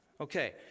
Okay